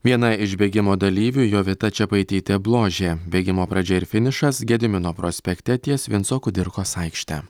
viena iš bėgimo dalyvių jovita čepaitytė bložė bėgimo pradžia ir finišas gedimino prospekte ties vinco kudirkos aikšte